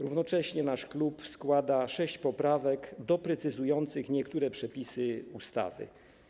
Równocześnie nasz klub składa sześć poprawek doprecyzowujących niektóre przepisy ustawy.